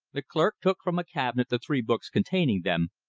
the clerk took from a cabinet the three books containing them,